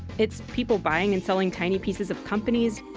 it's people buying and selling tiny pieces of companies,